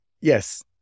Yes